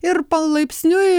ir palaipsniui